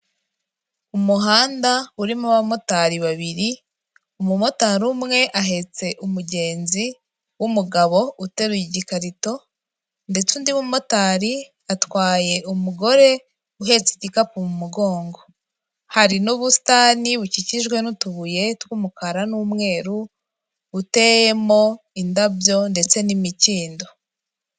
Umuhanda urimo abamotari babiri, umumotari umwe ahetse umugenzi w'umugabo uteruye igikarito, ndetse undi mumotari atwaye umugore uhetse igikapu mu mugongo. Hari n'ubusitani bukikijwe n'utubuye tw'umukara n'umweru, buteyemo indabyo ndetse n'imikindo.